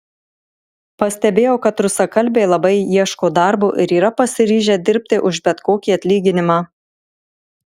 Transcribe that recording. pastebėjau kad rusakalbiai labai ieško darbo ir yra pasiryžę dirbti už bet kokį atlyginimą